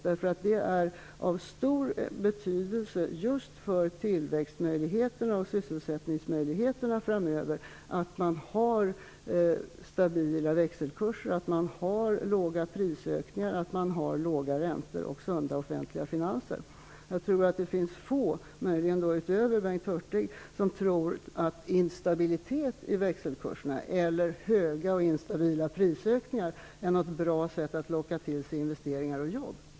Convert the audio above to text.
Det är nämligen av stor betydelse just för tillväxt och sysselsättningsmöjligheterna framöver att man har stabila växelkurser, små prisökningar, låga räntor och sunda offentliga finanser. Jag tror inte att det är många människor, förutom Bengt Hurtig, som tror att instabilitet i växelkurserna eller stora och instabila prisökningar är ett bra sätt att locka till sig investeringar och jobb.